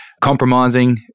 Compromising